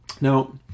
Now